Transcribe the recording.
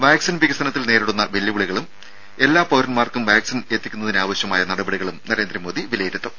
vaccine വികസനത്തിൽ നേരിടുന്ന വെല്ലുവിളികളും എല്ലാ പൌരൻമാർക്കും വാക്സിൻ എത്തിക്കുന്നതിനാവശ്യമായ നടപടികളും നരേന്ദ്രമോദി വിലയിരുത്തും